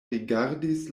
rigardis